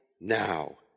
now